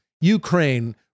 Ukraine